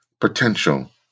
potential